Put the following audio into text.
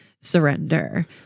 surrender